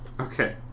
Okay